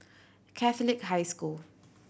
Catholic High School